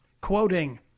quoting